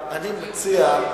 מציע,